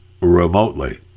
remotely